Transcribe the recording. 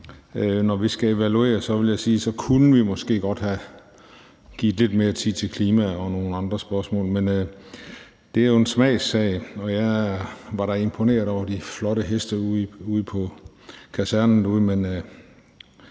Når vi skal evaluere, vil jeg sige, at så kunne vi måske godt have givet lidt mere tid til klima og nogle andre spørgsmål. Men det er jo en smagssag, og jeg var da imponeret over de flotte heste ude på kasernen derude